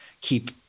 keep